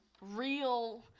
real